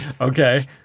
Okay